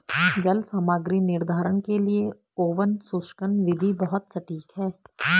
जल सामग्री निर्धारण के लिए ओवन शुष्कन विधि बहुत सटीक है